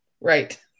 Right